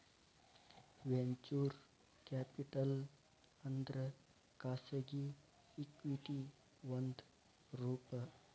venture capital ಅಂದ್ರ ಖಾಸಗಿ equity ಒಂದ್ ರೂಪ